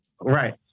Right